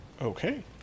Okay